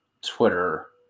twitter